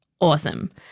Awesome